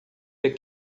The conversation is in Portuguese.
the